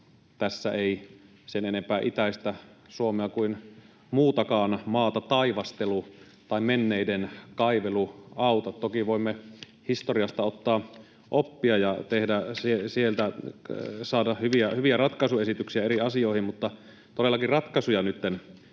tässä ei sen enempää itäistä Suomea kuin muutakaan maata taivastelu tai menneiden kaivelu auta. Toki voimme historiasta ottaa oppia ja sieltä saada hyviä ratkaisuesityksiä eri asioihin, mutta todellakin ratkaisuja nytten